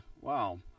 wow